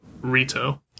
Rito